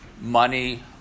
money